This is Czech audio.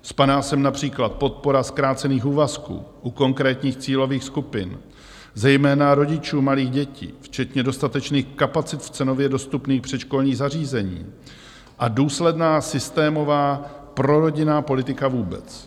Spadá sem například podpora zkrácených úvazků u konkrétních cílových skupin, zejména rodičů malých dětí, včetně dostatečných kapacit v cenově dostupných předškolních zařízeních a důsledná systémová prorodinná politika vůbec.